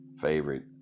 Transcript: favorite